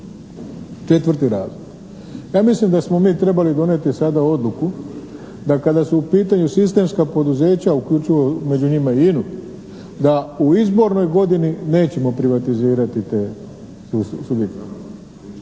ne razumije./. Ja mislim da smo mi trebali donijeti sada odluku da kada su u pitanju sistemska poduzeća uključivo među njima i INA-u da u izbornoj godini nećemo privatizirati te subjekte.